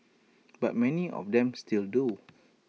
but many of them still do